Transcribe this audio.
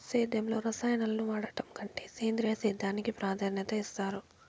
సేద్యంలో రసాయనాలను వాడడం కంటే సేంద్రియ సేద్యానికి ప్రాధాన్యత ఇస్తారు